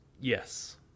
Yes